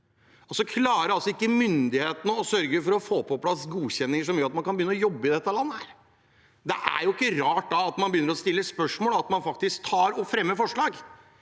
så klarer ikke myndighetene å sørge for å få på plass godkjenninger som gjør at man kan begynne å jobbe i dette landet. Da er det ikke rart at man begynner å stille spørsmål og faktisk fremmer forslag.